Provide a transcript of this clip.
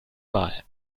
mal